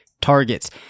targets